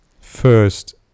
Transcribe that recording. first